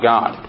God